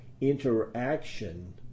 interaction